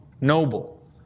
noble